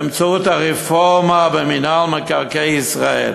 באמצעות הרפורמה במינהל מקרקעי ישראל.